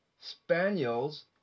spaniels